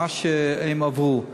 על מה שהם עברו.